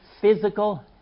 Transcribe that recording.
physical